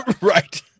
Right